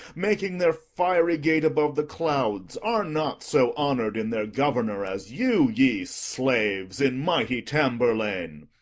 making their fiery gait above the clouds, are not so honour'd in their governor as you, ye slaves, in mighty tamburlaine.